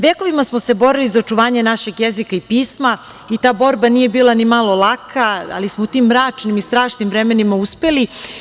Vekovima smo se borili za očuvanje našeg jezika i pisma i ta borba nije bila nimalo laka, ali smo u tim mračnim i strašnim vremenima uspeli.